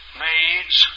maids